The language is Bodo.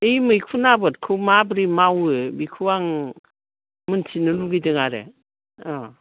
बै मैखुन आबादखौ माब्रै मावयो बेखौ आं मिन्थिनो लुबैदों आरो अ